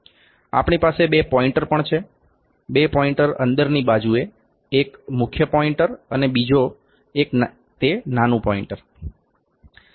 આપણી પાસે બે પોઇન્ટ૨ પણ છે બે પોઇન્ટ૨ અંદરની બાજુ એ એક મુખ્ય પોઇન્ટ૨ અને બીજો એક તે નાનું પોઇન્ટ૨